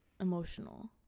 emotional